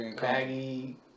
Baggy